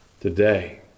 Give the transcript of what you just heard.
Today